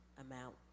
amount